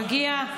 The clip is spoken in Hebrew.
מגיע.